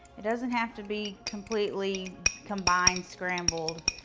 it doesn't have to be completely combined, scrambled.